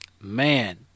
man